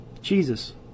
Jesus